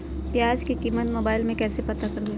प्याज की कीमत मोबाइल में कैसे पता करबै?